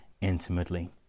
intimately